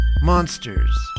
monsters